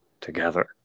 together